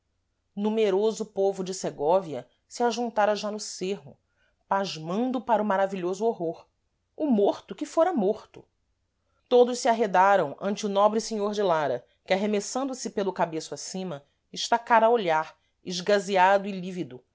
numeroso povo de segóvia se ajuntara já no cêrro pasmando para o maravilhoso horror o morto que fôra morto todos se arredaram ante o nobre senhor de lara que arremessando se pelo cabeço acima estacara a olhar esgazeado e lívido